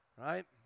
Right